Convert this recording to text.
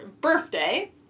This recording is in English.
birthday